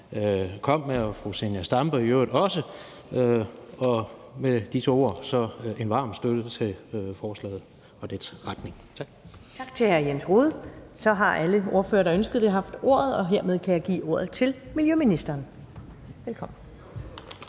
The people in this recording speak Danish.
kom med – og fru Zenia Stampe i øvrigt også. Og med disse ord giver jeg en varm støtte til forslaget og dets retning. Tak. Kl. 15:34 Første næstformand (Karen Ellemann): Tak til hr. Jens Rohde. Så har alle ordførere, der har ønsket det, haft ordet, og hermed kan jeg give ordet til miljøministeren. Velkommen.